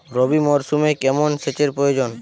রবি মরশুমে কেমন সেচের প্রয়োজন?